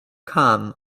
come